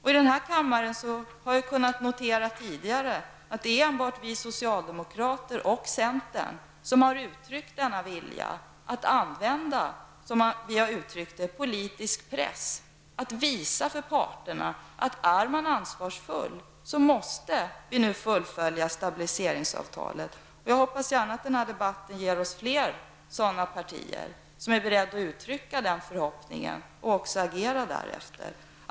I den här kammaren har jag kunnat notera tidigare att det är enbart vi socialdemokrater och centern som har uttalat denna vilja att, som vi har uttryckt det, använda politisk press, att visa för parterna att är man ansvarsfull måste man nu fullfölja stabiliseringavtalet. Jag ser gärna att den här debatten ger oss fler partier som är beredda att uttrycka den förhoppningen och också agera därefter.